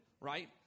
right